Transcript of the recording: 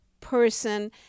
person –